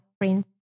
prince